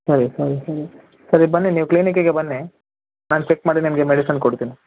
ಸರಿ ಸರಿ ಸರಿ ಸರಿ ಬನ್ನಿ ನೀವು ಕ್ಲಿನಿಕಿಗೆ ಬನ್ನಿ ನಾನು ಚಕ್ ಮಾಡಿ ನಿಮಗೆ ಮೆಡಿಸನ್ ಕೊಡ್ತಿನಿ